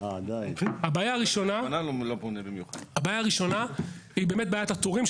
הבעיה הראשונה היא בעיית התורים,